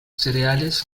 cereales